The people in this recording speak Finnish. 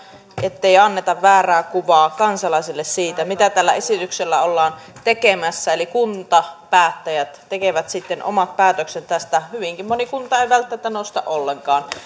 ettei anneta väärää kuvaa kansalaisille siitä mitä tällä esityksellä ollaan tekemässä eli kuntapäättäjät tekevät sitten omat päätöksensä tästä hyvinkin moni kunta ei välttämättä nosta ollenkaan